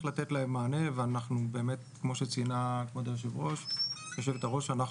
לתת להן מענה וכמו שציינה כבוד יושבת הראש אנחנו